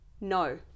no